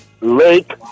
Lake